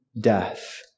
death